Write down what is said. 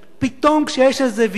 פתאום כשיש איזה ויתור,